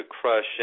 crush